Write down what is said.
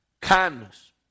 kindness